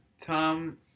Tom